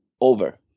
over